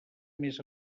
més